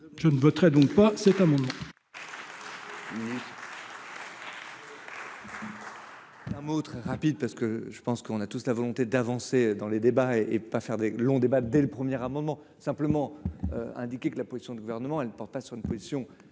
je ne voterai donc pas cet amendement.